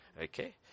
Okay